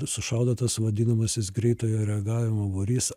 sušaudo tas vadinamasis greitojo reagavimo būrys